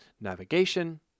navigation